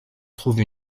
trouve